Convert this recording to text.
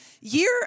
year